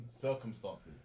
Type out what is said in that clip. circumstances